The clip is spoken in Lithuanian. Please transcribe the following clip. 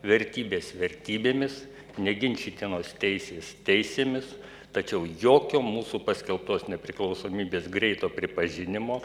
vertybės vertybėmis neginčytinos teisės teisėmis tačiau jokio mūsų paskelbtos nepriklausomybės greito pripažinimo